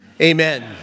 Amen